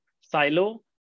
silo